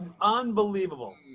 unbelievable